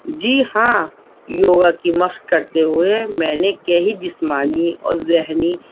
جی ہاں یوگا کی مشق کرتے ہوئے میں نے کئی جسمانی اور ذہنی